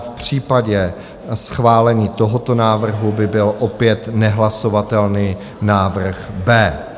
V případě schválení tohoto návrhu by byl opět nehlasovatelný návrh B.